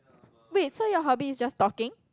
wait so your hobby is just talking